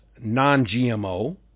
non-GMO